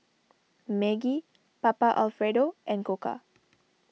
Maggi Papa Alfredo and Koka